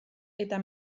eta